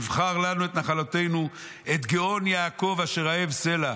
יבחר לנו את נחלתנו את גאון יעקב אשר אהב סלה".